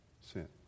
sin